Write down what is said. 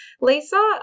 lisa